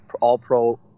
all-pro